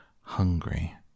...hungry